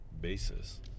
basis